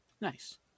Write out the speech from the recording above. Nice